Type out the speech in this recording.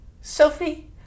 Sophie